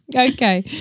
Okay